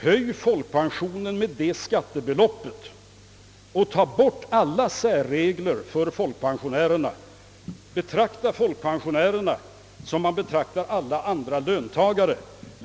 Höj folkpensionen med det skattebeloppet och tag bort alla särregler för folkpensionärerna! Betrakta folkpensionärrerna som man betraktar alla andra löntagare!